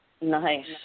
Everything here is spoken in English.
Nice